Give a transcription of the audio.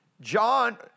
John